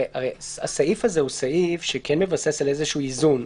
הרי הסעיף הזה הוא סעיף שכן מבסס על איזשהו איזון,